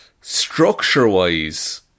structure-wise